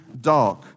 dark